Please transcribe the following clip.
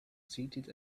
seated